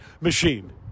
machine